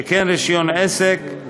שכן רישיון עסק,